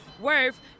worth